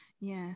yes